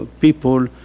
people